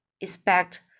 expect